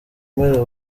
umerewe